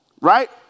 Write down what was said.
Right